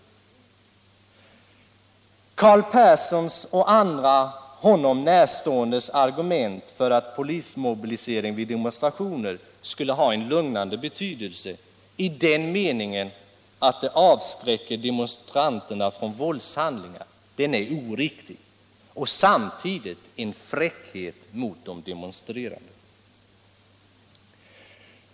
De argument som Carl Persson och honom närstående framför för att polismobiliseringen vid demonstrationer skulle ha en lugnande inverkan, i den meningen att den avskräcker demonstranterna från våldshandlingar, är oriktiga och samtidigt en fräckhet mot de demonstrerande.